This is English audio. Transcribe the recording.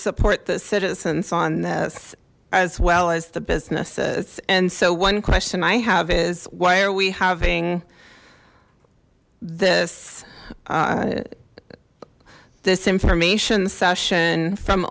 support the citizens on this as well as the businesses and so one question i have is why are we having this this information session from